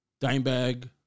Dimebag